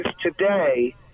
today